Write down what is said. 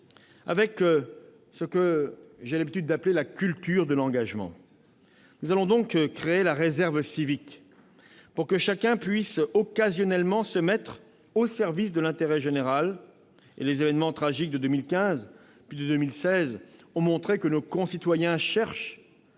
de ce que j'ai pour habitude d'appeler la « culture de l'engagement », nous allons créer la réserve civique, pour que chacun puisse occasionnellement se mettre au service de l'intérêt général. Les événements tragiques de 2015 et de 2016 ont montré que nos concitoyens cherchent